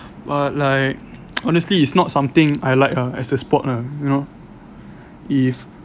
but like honestly it's not something I like ah as a sport ah you know if